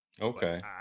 Okay